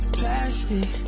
plastic